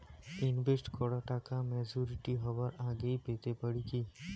Invest করা টাকা maturity হবার আগেই পেতে পারি কি?